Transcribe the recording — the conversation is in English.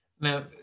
Now